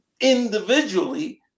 individually